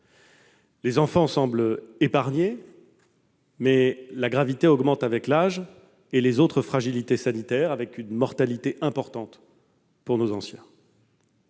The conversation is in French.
Les enfants semblent épargnés, mais la gravité augmente avec l'âge et les autres fragilités sanitaires, avec une mortalité importante pour nos anciens.